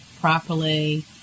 properly